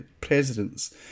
presidents